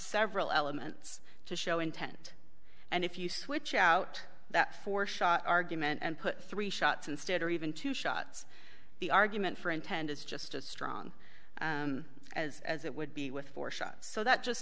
several elements to show intent and if you switch out that four shot argument and put three shots instead or even two shots the argument for intent is just as strong as as it would be with four shots so that just